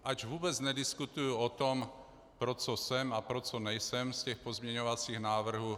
Ač vůbec nediskutuji o tom, pro co jsem a pro co nejsem z pozměňovacích návrhů.